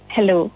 Hello